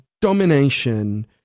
domination